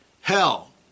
hell